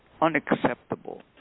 unacceptable